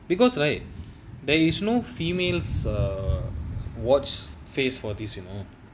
because right there is no females err watch face for these you know